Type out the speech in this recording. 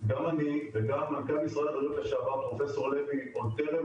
גם אני וגם מנכ"ל משרד הבריאות לשעבר פרופ' לוי עוד טרם